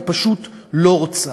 היא פשוט לא רוצה.